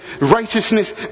Righteousness